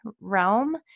realm